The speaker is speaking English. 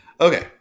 okay